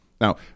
Now